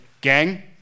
Gang